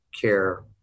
care